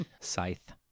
Scythe